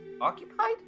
occupied